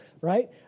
right